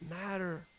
matter